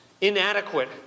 Inadequate